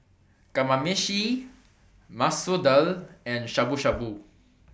Kamameshi Masoor Dal and Shabu Shabu